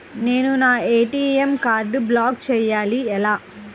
నేను నా ఏ.టీ.ఎం కార్డ్ను బ్లాక్ చేయాలి ఎలా?